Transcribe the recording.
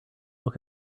look